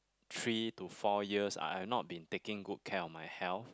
three to four years I have not been taking good care of my health